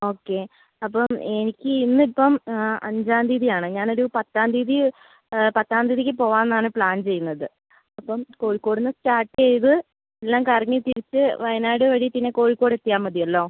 okay അപ്പോൾ എനിക്ക് ഇന്നിപ്പം അഞ്ചാം തീയതിയാണ് ഞാനൊരു പത്താം തീയതി പത്താം തീയതിക്ക് പോകാം എന്നാണ് പ്ലാൻ ചെയ്യുന്നത് അപ്പം കോഴിക്കോടുനിന്ന് സ്റ്റാർട്ട് ചെയ്ത് എല്ലാം കറങ്ങിത്തിരിച്ച് വയനാട് വഴി പിന്നെ കോഴിക്കോട് എത്തിയാൽ മതിയല്ലോ